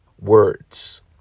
words